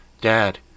Dad